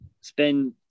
spend